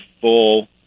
full